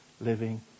living